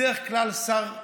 בדרך כלל שר אוצר,